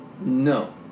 No